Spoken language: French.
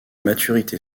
maturité